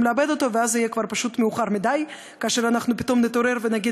ואז יהיה כבר פשוט מאוחר מדי, כאשר נתעורר ונאמר: